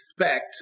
expect